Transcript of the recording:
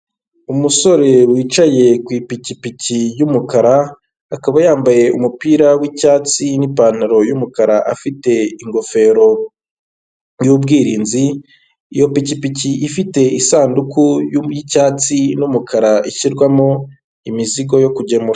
Umusore wicaye ku ipikipiki y'umukara, akaba yambaye umupira w'icyatsi n'ipantaro y'umukara afite ingofero y'ubwirinzi, iyo pikipiki ifite isanduku y'icyatsi n'umukara ishyirwamo imizigo yo kujyamo.